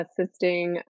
assisting